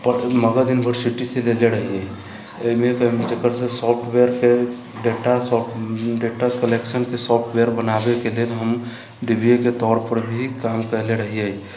पट मगध यूनिवर्सिटी से लेले रहियै ओहिमेके जेकर सबके सॉफ़्टवेरके डेटा सॉफ़्ट डेटा कलेक्शनके सॉफ़्टवेर बनाबेके लेल हम डेब्यूके तौर पर भी काम कयले रहियै